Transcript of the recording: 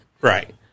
right